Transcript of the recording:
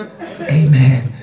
amen